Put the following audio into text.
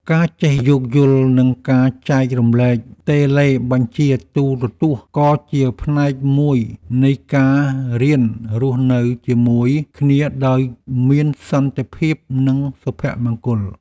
ការចេះយោគយល់និងការចែករំលែកតេឡេបញ្ជាទូរទស្សន៍ក៏ជាផ្នែកមួយនៃការរៀនរស់នៅជាមួយគ្នាដោយមានសន្តិភាពនិងសុភមង្គល។